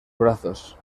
brazos